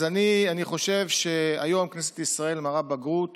אז אני חושב שהיום כנסת ישראל מראה בגרות